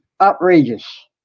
outrageous